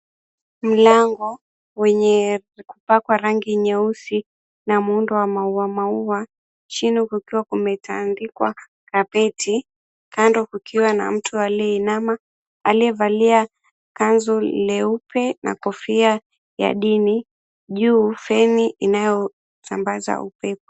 Mlango wenye kupakwa rangi nyeusi na muundo wa maua maua, chini kukiwa kumetandikwa kapeti, kando kukiwa na mtu aliyeinama aliyevalia kanzu leupe na kofia ya dini, juu feni inayosambaza upepo.